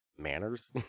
manners